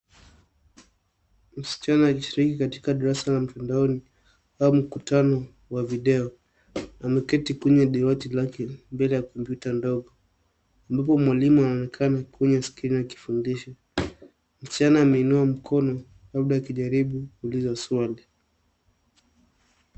Msichana akishiriki katika darasa la mtandaoni au mkutano wa video, ameketi kwenye dawati lake mbele ya kompyuta ndogo. Huku mwalimu anaonekana kwenye skrini akifundisha. Msichana ameinua mkono wake labda akijaribu kuuliza swali.